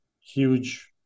huge